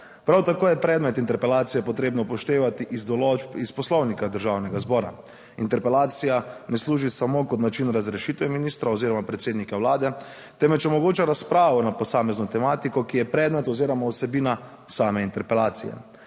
Prav tako je predmet interpelacije potrebno upoštevati iz določb iz Poslovnika Državnega zbora. Interpelacija ne služi samo kot način razrešitve ministra oziroma predsednika Vlade, temveč omogoča razpravo na posamezno tematiko, ki je predmet oziroma vsebina same interpelacije.